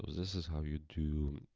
this is how you do